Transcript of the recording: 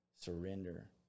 surrender